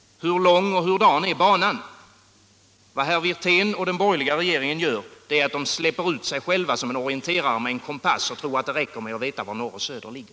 Hur lång och hurdan är banan? Vad herr Wirtén och den borgerliga regeringen gör är att de släpper ut sig själva som en orienterare med en kompass och tror att det räcker att veta var norr och söder ligger.